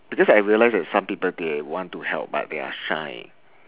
because I realised that some people they want to help but they are shy